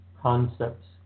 concepts